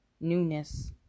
newness